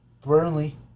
Burnley